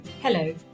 Hello